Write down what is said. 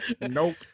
Nope